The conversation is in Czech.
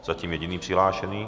Zatím jediný přihlášený.